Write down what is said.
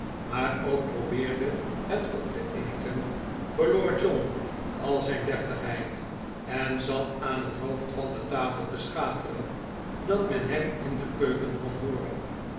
maar ook probeerde het op te eten verloor john al zijn deftigheid en zat aan het hoofd van de tafel te schateren dat men hem in de keuken kon hooren